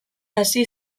hasi